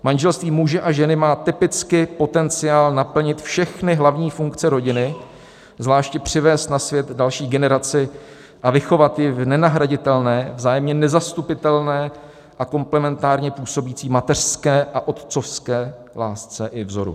Manželství muže a ženy má typicky potenciál naplnit všechny hlavní funkce rodiny, zvláště přivést na svět další generaci a vychovat ji v nenahraditelné, vzájemně nezastupitelné a komplementárně působící mateřské a otcovské lásce i vzoru.